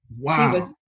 Wow